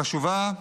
חשובה,